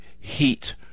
heat